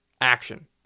action